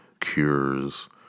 cures